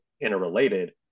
interrelated